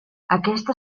aquesta